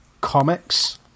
comics